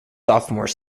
sophomore